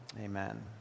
amen